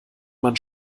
man